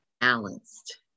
balanced